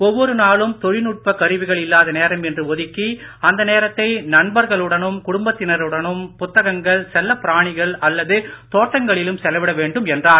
ஒவ்வொரு நாளும் தொழில்நுட்ப கருவிகள் இல்லாத நேரம் என்று ஒதுக்கி அந்த நேரத்தை நண்பர்களுடனும் குடும்பத்தினருடனும் புத்தகங்கள் செல்லப் பிராணிகள் அல்லது தோட்டங்களிலும் செலவிட வேண்டும் என்றார்